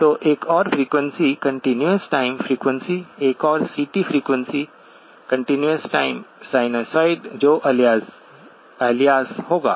तो एक और फ़्रीक्वेंसी कंटीन्यूअस टाइम फ़्रीक्वेंसी एक और CT frequency continuous time sinusoid जो अलियास होगा